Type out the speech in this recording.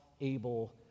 able